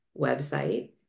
website